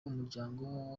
umuryango